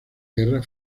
guerra